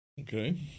Okay